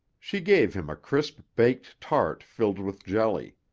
she gave him a crisp-baked tart filled with jelly.